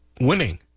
winning